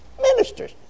ministers